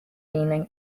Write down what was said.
meaning